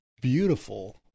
beautiful